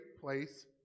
place